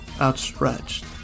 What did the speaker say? outstretched